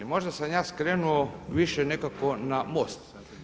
Možda sam ja skrenuo više nekako na MOST.